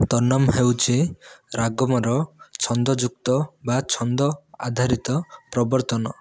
ତନମ୍ ହେଉଛି ରାଗମ୍ର ଛନ୍ଦଯୁକ୍ତ ବା ଛନ୍ଦ ଆଧାରିତ ପ୍ରବର୍ତ୍ତନ